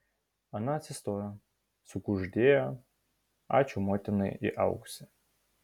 ana atsistojo sukuždėjo ačiū motinai į ausį